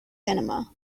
cinema